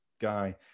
guy